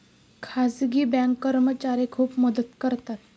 खाजगी बँक कर्मचारी खूप मदत करतात